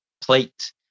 plate